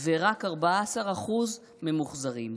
ורק 14% ממוחזרים.